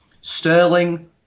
Sterling